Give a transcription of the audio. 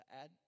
add